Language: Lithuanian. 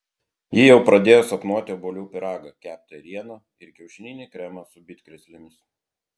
ji jau pradėjo sapnuoti obuolių pyragą keptą ėrieną ir kiaušininį kremą su bitkrėslėmis